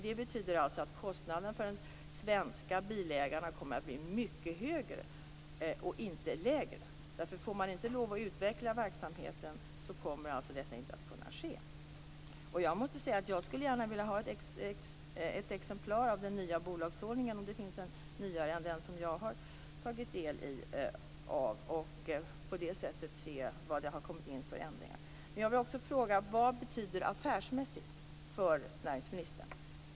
Det betyder alltså att kostnaderna för de svenska bilägarna kommer att bli mycket högre och inte lägre. Får man inte lov att utveckla verksamheten kommer alltså detta inte att kunna ske. Jag måste säga att jag gärna skulle vilja ha ett exemplar av den nya bolagsordningen om det finns en nyare än den som jag har tagit del av, och på det sättet se vad det har kommit in för ändringar. Jag vill också fråga: Vad betyder affärsmässigt för näringsministern?